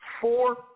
four